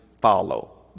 follow